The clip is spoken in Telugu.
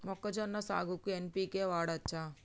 మొక్కజొన్న సాగుకు ఎన్.పి.కే వాడచ్చా?